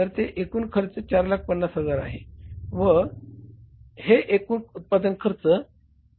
तर येथे एकूण खर्च 450000 आहे व हे एकूण उत्पादन खर्च आहे